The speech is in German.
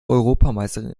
europameisterin